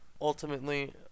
ultimately